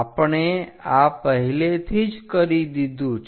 આપણે આ પહેલેથી જ કરી દીધું છે